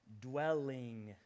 dwelling